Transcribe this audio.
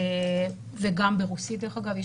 וגם ברוסית דרך אגב,